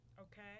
Okay